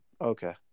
Okay